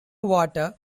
water